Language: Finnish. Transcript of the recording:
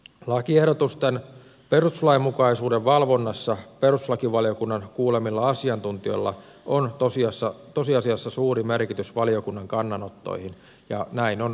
lakiehdotusten perustuslainmukaisuuden valvonnassa perustuslakivaliokunnan kuulemilla asiantuntijoilla on tosiasiassa suuri merkitys valiokunnan kannanottoihin ja näin on nytkin